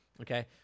okay